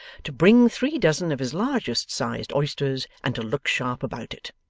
to bring three dozen of his largest-sized oysters, and to look sharp about it!